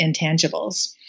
intangibles